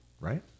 right